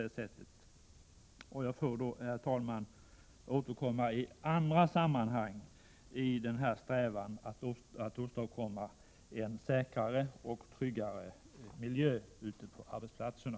Jag får i stället, herr talman, återkomma i andra sammanhang i frågan om att åstadkomma en säkrare och tryggare miljö ute på arbetsplatserna.